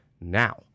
now